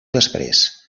després